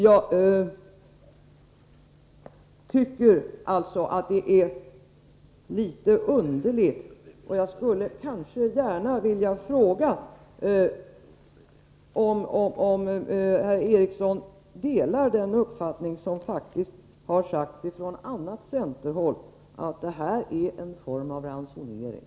Jag tycker att vissa saker här är litet underliga, och jag skulle gärna vilja fråga om herr Eriksson delar den uppfattning som faktiskt har uttalats från annat centerhåll: att det här är en form av ransonering.